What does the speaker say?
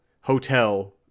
hotel